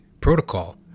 protocol